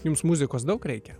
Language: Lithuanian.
jums muzikos daug reikia